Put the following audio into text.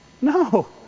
No